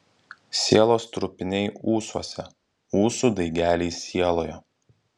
sielos trupiniai ūsuose ūsų daigeliai sieloje